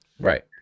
Right